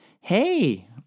hey